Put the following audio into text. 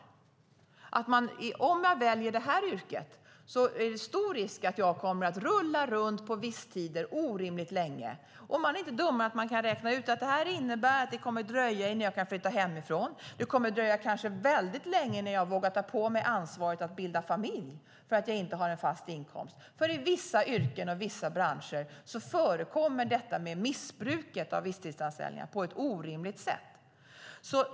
De ser att om de väljer det yrket är risken stor att de kommer att rulla runt med visstidsanställningar orimligt länge. Och de är inte dummare än att de kan räkna ut att det i så fall kommer att dröja innan de kan flytta hemifrån. Det kommer kanske att dröja mycket länge innan de vågar ta på sig ansvaret att bilda familj när de inte har en fast inkomst. I vissa yrken och branscher förekommer missbruk med visstidsanställningar på ett orimligt sätt.